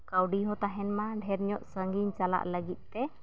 ᱠᱟᱹᱣᱰᱤᱦᱚᱸ ᱛᱟᱦᱮᱱ ᱢᱟ ᱰᱷᱮᱨᱧᱚᱜ ᱥᱟᱺᱜᱤᱧ ᱪᱟᱞᱟᱜ ᱞᱟᱹᱜᱤᱫᱛᱮ